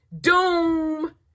Doom